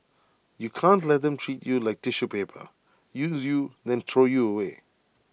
you can't let them treat you like tissue paper use you then throw you away